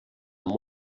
amb